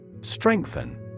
Strengthen